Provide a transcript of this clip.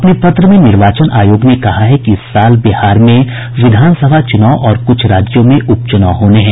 अपने पत्र में निर्वाचन आयोग ने कहा है कि इस साल बिहार में विधानसभा चुनाव और कुछ राज्यों में उप चुनाव होने हैं